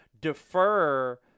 defer